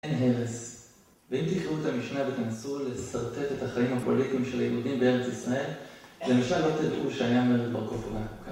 אין הרס, ואם תקראו את המשנה ותנסו לשרטט את החיים הפוליטיים של היהודים בארץ ישראל, למשל לא תדעו שהיה מרד בר-כוכבא.